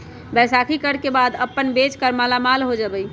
बैसाखी कर बाद हम अपन बेच कर मालामाल हो जयबई